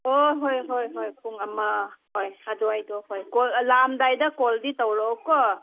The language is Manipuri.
ꯑꯣ ꯍꯣꯏ ꯍꯣꯏ ꯍꯣꯏ ꯄꯨꯡ ꯑꯃ ꯍꯣꯏ ꯑꯗꯨꯋꯥꯏꯗꯣ ꯍꯣꯏ ꯀꯣꯜ ꯂꯥꯛꯑꯝꯗꯥꯏꯗ ꯀꯣꯜꯗꯤ ꯇꯧꯔꯛꯑꯣꯀꯣ